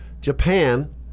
Japan